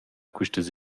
quistas